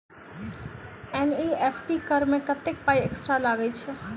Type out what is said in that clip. NEFT करऽ मे कत्तेक पाई एक्स्ट्रा लागई छई?